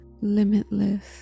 limitless